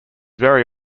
very